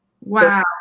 Wow